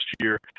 year